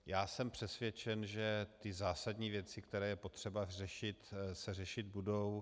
Já jsem přesvědčen, že zásadní věci, které je potřeba řešit, se řešit budou.